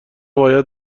باید